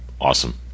Awesome